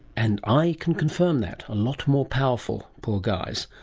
and i can confirm that a lot more powerful. poor guys.